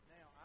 Now